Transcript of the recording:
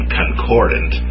concordant